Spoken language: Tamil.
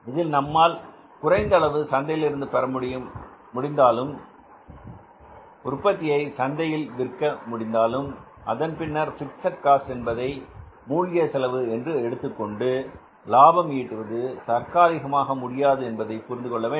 இதில் நம்மால் குறைந்த அளவு சந்தையிலிருந்து பெற முடிந்தாலும் உற்பத்தியை சந்தையில் விற்க முடிந்தாலும் அதன் பின்னர் பிக்ஸட் காஸ்ட் என்பதை மூழ்கிய செலவு என்று எடுத்துக்கொண்டு லாபம் ஈட்டுவது தற்காலிகமாக முடியாது என்பதை புரிந்து கொள்ள வேண்டும்